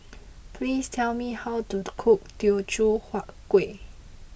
please tell me how to cook Teochew Huat Kueh